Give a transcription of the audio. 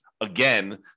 again